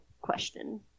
question